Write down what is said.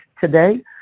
today